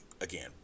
again